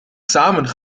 samen